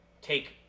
take